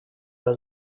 del